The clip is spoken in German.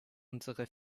unsere